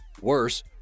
Worse